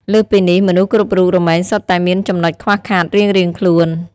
លើសពីនេះ មនុស្សគ្រប់រូបរមែងសុទ្ធតែមានចំណុចខ្វះខាតរៀងៗខ្លួន។